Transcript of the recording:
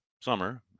summer